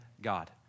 God